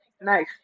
nice